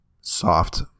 soft